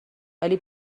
ولی